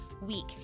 week